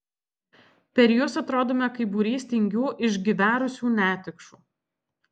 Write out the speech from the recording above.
per jus atrodome kaip būrys tingių išgverusių netikšų